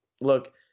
look